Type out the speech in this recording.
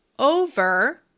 over